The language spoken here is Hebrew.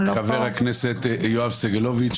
חבר הכנסת יואב סגלוביץ'.